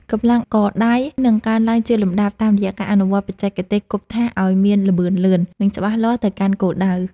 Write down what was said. កម្លាំងកដៃនឹងកើនឡើងជាលំដាប់តាមរយៈការអនុវត្តបច្ចេកទេសគប់ថាសឱ្យមានល្បឿនលឿន និងច្បាស់លាស់ទៅកាន់គោលដៅ។